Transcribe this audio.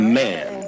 man